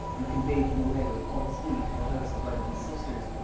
and conveyed him away with all speed to the house of one of his sisters,